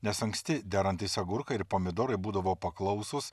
nes anksti derantys agurkai ir pomidorai būdavo paklausūs